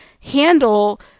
handle